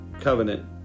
covenant